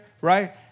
right